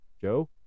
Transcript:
joe